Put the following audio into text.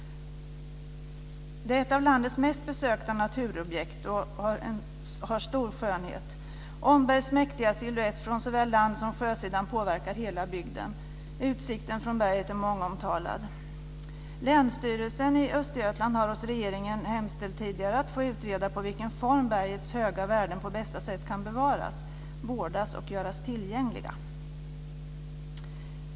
Omberg är ett av landets mest besökta naturobjekt och har stor skönhet. Ombergs mäktiga siluett från såväl land som sjösidan påverkar hela bygden. Utsikten från berget är mångomtalad. Länsstyrelsen har hos regeringen hemställt att få utreda på vilken form bergets höga värden på bästa sätt kan bevaras, vårdas och göras tillgängliga.